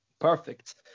Perfect